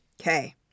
okay